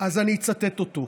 אז אני אצטט אותו: